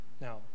now